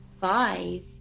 Five